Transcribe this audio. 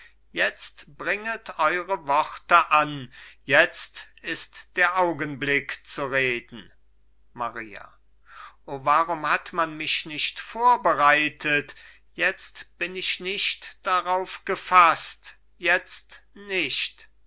jetzt bringet eure worte an jetzt ist der augenblick zu reden maria o warum hat man mich nicht vorbereitet jetzt bin ich nicht darauf gefaßt jetzt nicht